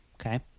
okay